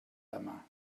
demà